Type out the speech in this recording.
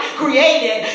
created